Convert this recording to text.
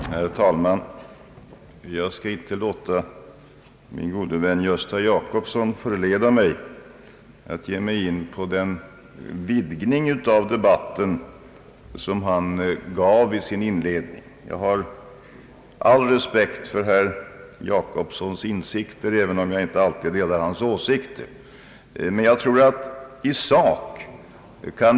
Herr talman! Jag skall inte låta min gode vän herr Gösta Jacobsson förleda mig att ge mig in på den vidgning av debatten som han inledningsvis gjorde. Jag har all respekt för herr Jacobssons insikter, även om jag inte alltid delar hans åsikter.